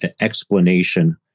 explanation